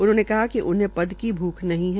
उन्होंने कहा कि उन्हें पद की भूख नहीं है